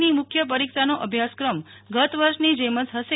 ની મુખય પરિક્ષાનો અભ્યાસક્રમ ગત વર્ષની જેમ જ હશે